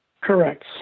Correct